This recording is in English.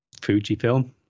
fujifilm